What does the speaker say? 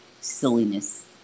silliness